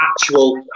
actual